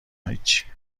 هیچی